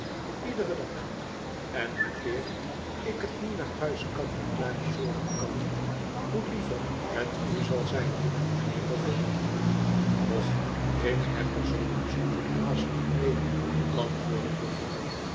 liederen dag en hoe eer ik het nieuwe huis kant en klaar bezorgen kan hoe liever het u zijn zal mijnheer boffin och ik heb er zoo'n bijzondere haast niet mee antwoordde